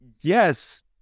yes